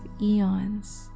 eons